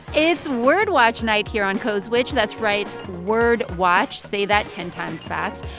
it's word watch night here on code switch. that's right word watch. say that ten times fast.